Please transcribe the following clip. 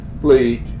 fleet